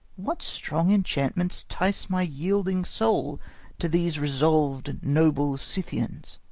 what strong enchantments tice my yielding soul to these resolved, noble scythians!